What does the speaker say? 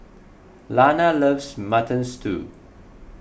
Lana loves Mutton Stew